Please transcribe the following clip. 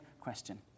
question